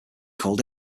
called